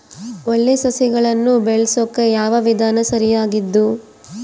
ಒಳ್ಳೆ ಸಸಿಗಳನ್ನು ಬೆಳೆಸೊಕೆ ಯಾವ ವಿಧಾನ ಸರಿಯಾಗಿದ್ದು?